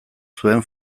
zuen